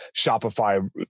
Shopify